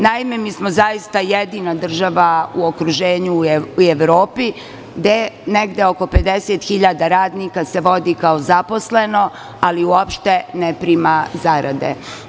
Naime, mi smo zaista jedina država u okruženju i u Evropi gde senegde oko 50.000 radnika vodi kao zaposleno, ali uopšte ne prima zarade.